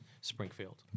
Springfield